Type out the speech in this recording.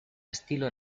estilo